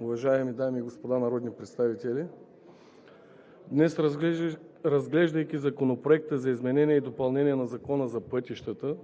Уважаеми дами и господа народни представители, днес, разглеждайки Законопроекта за изменение и допълнение на Закона за пътищата,